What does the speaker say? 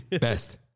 Best